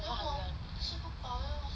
comfirm hungry one